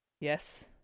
Yes